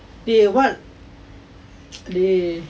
eh what dey